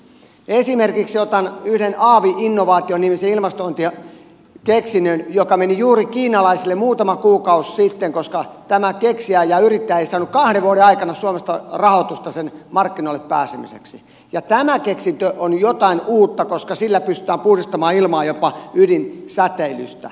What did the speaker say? esimerkiksi otan yhden aavi nimisen ilmastointikeksinnön joka meni juuri kiinalaisille muutama kuukausi sitten koska tämä keksijä ja yrittäjä ei saanut kahden vuoden aikana suomesta rahoitusta markkinoille pääsemiseksi ja tämä keksintö on jotain uutta koska sillä pystytään puhdistamaan ilmaa jopa ydinsäteilystä